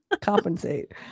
compensate